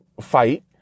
fight